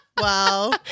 Wow